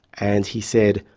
and he said,